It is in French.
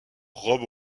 robe